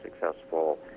successful